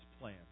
plan